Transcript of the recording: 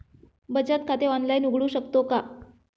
बचत खाते ऑनलाइन उघडू शकतो का?